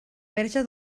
verge